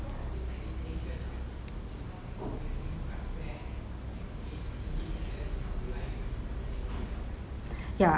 yeah